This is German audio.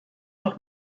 doch